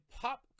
pop